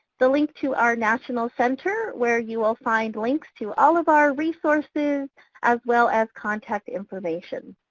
the link to our national center where you will find links to all of our resources as well as contact information.